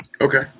Okay